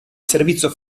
servizio